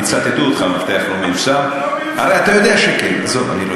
יצטטו אותך, "המפתח לא מיושם".